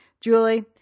Julie